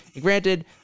Granted